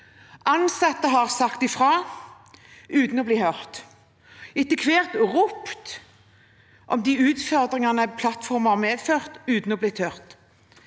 Ansatte har sagt fra, uten å bli hørt, og etter hvert ropt om de utfordringene plattformen har medført, uten å bli hørt.